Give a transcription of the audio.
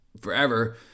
forever